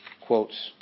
quotes